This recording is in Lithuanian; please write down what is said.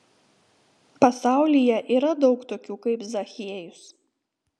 pasaulyje yra daug tokių kaip zachiejus